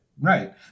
right